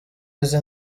izi